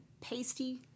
pasty